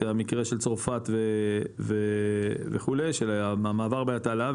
המקרה של צרפת וכו' של המעבר בתעלה,